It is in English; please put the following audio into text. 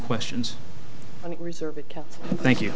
questions thank you